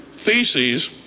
theses